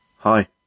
Hi